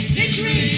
victory